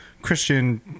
christian